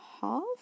half